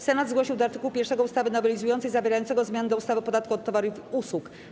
Senat zgłosił do art. 1 ustawy nowelizującej zawierającego zmiany do ustawy o podatku od towarów i usług.